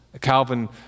Calvin